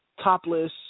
topless